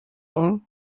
all